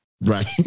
Right